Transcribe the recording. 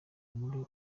muri